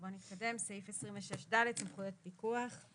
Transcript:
סעיף 26ד, סמכויות פיקוח.